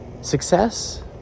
success